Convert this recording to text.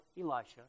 Elisha